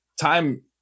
time